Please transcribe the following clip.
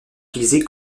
utilisées